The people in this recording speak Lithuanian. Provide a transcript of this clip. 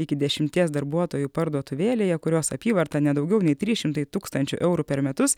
iki dešimties darbuotojų parduotuvėlėje kurios apyvarta ne daugiau nei trys šimtai tūkstančių eurų per metus